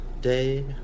day